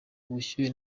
ubushyuhe